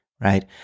right